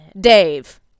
Dave